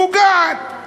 פוגעת,